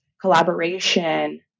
collaboration